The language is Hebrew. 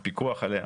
הפיקוח עליהם,